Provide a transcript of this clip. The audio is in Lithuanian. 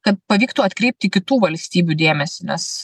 kad pavyktų atkreipti kitų valstybių dėmesį nes